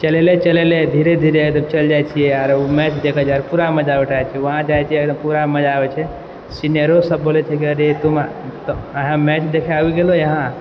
चलेले चलेले धीरे धीरे चलि जाइ छियै आओर ओ मैच देखै जाइ छियै पूरा मजा उठाबै छियै वहाँ जाइ छियै आओर पूरा मजा अबै छै सीनियरो सब बोलै छै अरे तुम यहाँ मैच देखै आबि गेले हँ